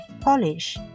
Polish